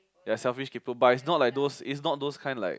there selfish people but it's not like those is not those kind like